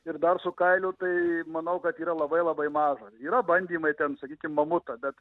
ir dar su kailiu tai manau kad yra labai labai mažai yra bandymai ten sakykime mamuto bet